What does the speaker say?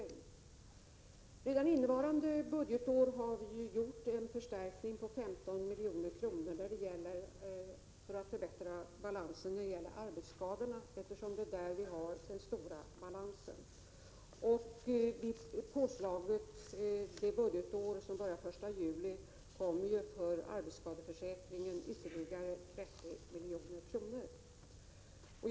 73 Redan innevarande budgetår har vi kommit med en förstärkning på 15 milj.kr. för att förbättra balansen när det gäller arbetsskadorna, eftersom det är där som den stora balansen finns. För det budgetår som börjar den 1 juli blir det för arbetsskadeförsäkringen påslag om ytterligare 30 milj.kr.